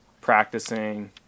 practicing